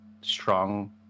strong